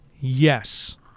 Yes